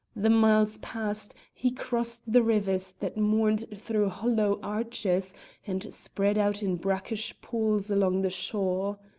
the miles passed, he crossed the rivers that mourned through hollow arches and spread out in brackish pools along the shore.